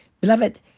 Beloved